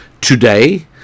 today